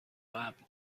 قبل